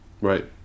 right